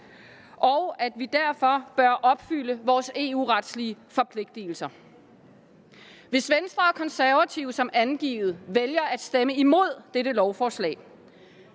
og at vi derfor bør opfylde vores EU-retlige forpligtelser. Hvis Venstre og Konservative som angivet vælger at stemme imod dette lovforslag,